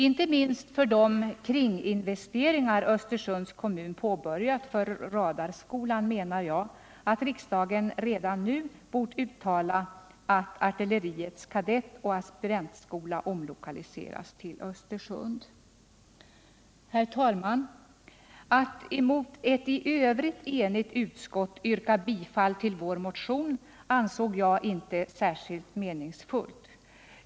Inte minst för de kringinvesteringar som Östersunds kommun har påbörjat för radarskolan 125 menar jag att riksdagen redan nu borde uttala att artilleriets kadettoch aspirantskola omlokaliseras till Östersund. Herr talman! Att emot ett i övrigt enigt utskott yrka bifall till vår motion ansåg jag inte särskilt meningsfullt.